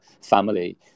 family